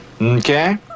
okay